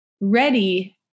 ready